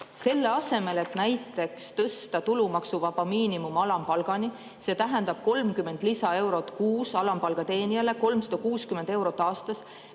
selle asemel et näiteks tõsta tulumaksuvaba miinimumi alampalgani. See tähendaks 30 lisaeurot kuus alampalga teenijale, 360 eurot aastas.